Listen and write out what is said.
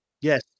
Yes